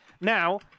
Now